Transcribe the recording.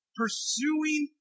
pursuing